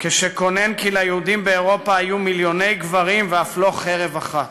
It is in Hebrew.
כשקונן כי ליהודים באירופה היו מיליוני גברים ואף לא חרב אחת.